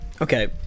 okay